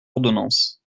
ordonnance